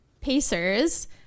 pacers